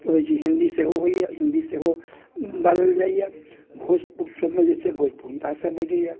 हिन्दी सेहो होइया हिन्दी सेहो बाजल जाइया भोजपुर सभमे भोजपुरी भाषा बजैया